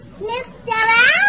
Mr